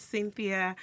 Cynthia